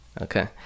Okay